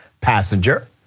passenger